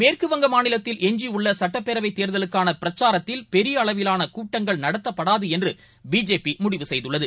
மேற்குவங்க மாநிலத்தில் எஞ்சியுள்ளசட்டப்பேரவைதேர்தலுக்கானபிரச்சாரத்தில் பெரியஅளவிலானகூட்டங்கள் நடத்தப்படாதுஎன்றுபிஜேபிமுடிவு செய்துள்ளது